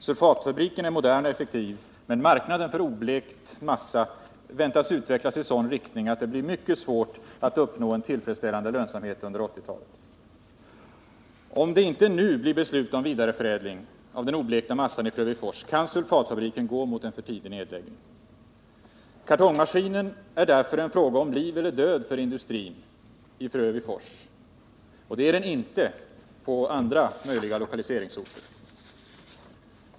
Sulfatfabriken är modern och effektiv, men marknaden för oblekt massa väntas utvecklas i sådan riktning att det blir mycket svårt att uppnå en tillfredsställande lönsamhet under 1980-talet. Om det inte nu blir beslut om vidareförädling av den oblekta massan i Frövifors kan sulfatfabriken gå mot en för tidig nedläggning. Kartongmaskinen är därför en fråga om liv eller död för industrin i Frövifors. Och det är den inte på andra möjliga lokaliseringsorter.